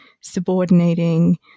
subordinating